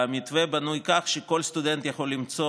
המתווה בנוי כך שכל סטודנט יכול למצוא